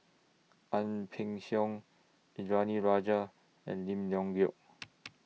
Ang Peng Siong Indranee Rajah and Lim Leong Geok